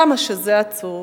כמה שזה עצוב.